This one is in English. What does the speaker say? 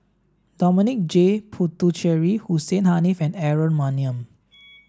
Dominic J Puthucheary Hussein Haniff and Aaron Maniam